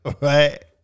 right